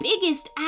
biggest